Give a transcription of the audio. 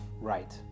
right